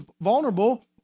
vulnerable